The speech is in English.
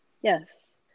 Yes